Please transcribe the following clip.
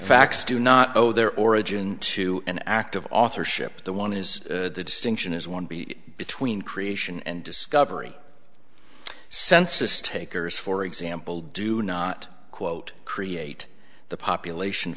facts do not owe their origin to an act of authorship the one is the distinction is one b between creation and discovery census takers for example do not quote create the population